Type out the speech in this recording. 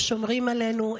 הם שומרים עלינו,